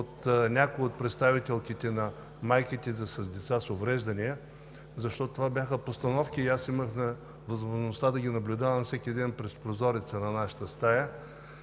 от някои от представителките на майките на деца с увреждания, защото това бяха постановки и аз имах възможността да ги наблюдавам всеки ден през прозореца на нашата стая.